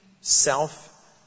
self